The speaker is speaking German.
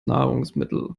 nahrungsmittel